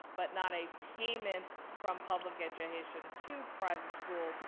but, not a payment from public education to private schools,